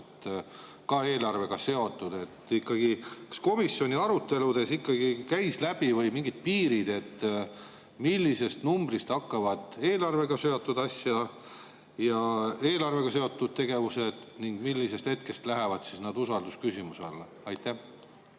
ka eelarvega seotud. Kas komisjoni aruteludest ikkagi käis läbi või [seati] mingid piirid, millisest summast hakkavad eelarvega seotud asjad ja eelarvega seotud tegevused ning millisest hetkest lähevad need usaldusküsimuse alla? Aitäh,